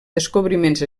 descobriments